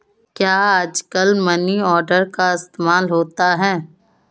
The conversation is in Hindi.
क्या आजकल मनी ऑर्डर का इस्तेमाल होता है?